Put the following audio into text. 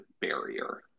barrier